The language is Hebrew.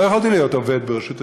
לא יכולתי להיות עובד ברשות השידור,